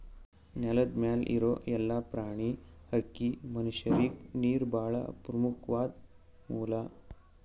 ನೆಲದ್ ಮ್ಯಾಲ್ ಇರೋ ಎಲ್ಲಾ ಪ್ರಾಣಿ, ಹಕ್ಕಿ, ಮನಷ್ಯರಿಗ್ ನೀರ್ ಭಾಳ್ ಪ್ರಮುಖ್ವಾದ್ ಮೂಲ